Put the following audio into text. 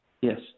Yes